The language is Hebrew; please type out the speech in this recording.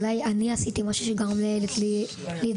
אולי אני עשיתי משהו שגרם לילד להתגונן.